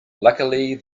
luckily